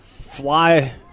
fly